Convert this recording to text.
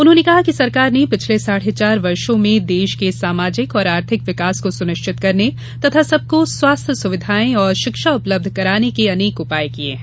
उन्होंने कहा कि सरकार ने पिछले साढ़े चार वर्षों में देश के सामार्जिक और आर्थिक विकास को सुनिश्चित करने तथा सबको स्वास्थ्य सुवधिाएं और शिक्षा उपलब्ध कराने के अनेक उपाय किए हैं